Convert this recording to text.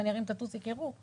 ואם אני ארים את הטוסיק יירו,